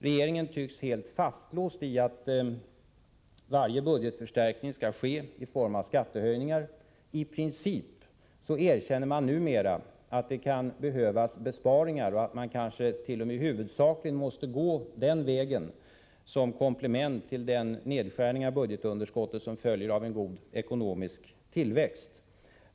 Regeringen tycks vara helt fastlåst i att varje budgetförstärkning skall ske i form av skattehöjningar. I princip erkänner man numera att det kan behövas besparingar och att man kanske t.o.m. huvudsakligen måste gå den vägen, som komplement till den nedskärning av budgetunderskottet som följer av en god ekonomisk tillväxt.